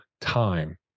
time